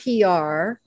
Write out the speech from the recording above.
PR